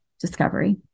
discovery